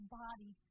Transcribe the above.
body